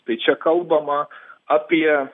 tai čia kalbama apie